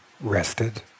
rested